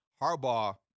Harbaugh